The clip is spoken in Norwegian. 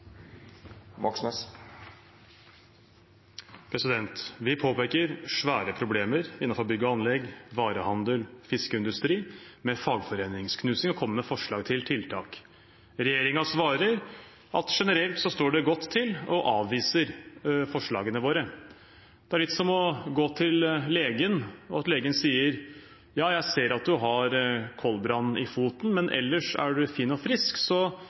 videreutvikle. Vi påpeker svære problemer innenfor bygg og anlegg, varehandel og fiskeindustri med fagforeningsknusing og kommer med forslag til tiltak. Regjeringen svarer at generelt står det godt til og avviser forslagene våre. Det er litt som å gå til legen, og legen sier: Ja, jeg ser at du har koldbrann i foten, men ellers er du fin og frisk, så